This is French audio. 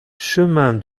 chemin